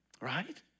Right